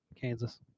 Kansas